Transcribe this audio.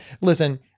Listen